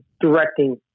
directing